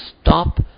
stop